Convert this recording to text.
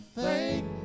thank